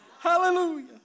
Hallelujah